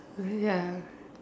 ya